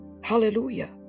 hallelujah